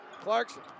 Clarkson